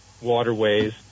waterways